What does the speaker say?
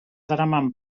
daraman